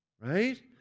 right